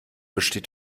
besteht